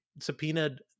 subpoenaed